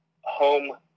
home